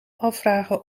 afvragen